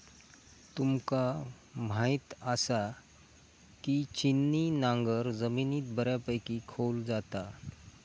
तुमका म्हायत आसा, की छिन्नी नांगर जमिनीत बऱ्यापैकी खोल जाता